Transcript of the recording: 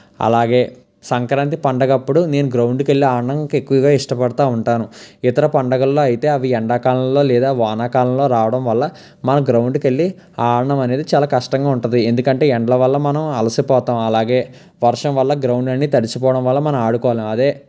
అలాగే సంక్రాంతి పండగప్పుడు నేను గ్రౌండ్కి వెళ్ళీ ఆడడానికి ఎక్కువగా ఇష్టపడతూ ఉంటాను ఇతర పండగల్లో అయితే అవి ఎండాకాలంలో లేదా వాన కాలంలో రావడం వల్ల మనం గ్రౌండ్కి వెళ్ళీ ఆడడం అనేది చాలా కష్టంగా ఉంటుంది ఎందుకంటే ఎండ వల్ల మనం అలసిపోతాం అలాగే వర్షం వల్ల గ్రౌండ్లన్నీ తడిసిపోవడం వల్ల మనం ఆడుకోలేము అదే